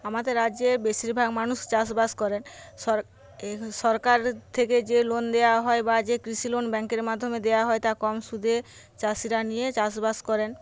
আমাদের রাজ্যে বেশিরভাগ মানুষ চাষবাস করেন সরকারের থেকে যে লোন দেওয়া হয় বা যে কৃষি লোন ব্যাংকের মাধ্যমে দেওয়া হয় তা কম সুদে চাষিরা নিয়ে চাষবাস করেন